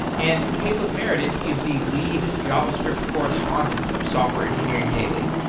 and caleb meredith is the lead javascript correspondent of software engineering daily.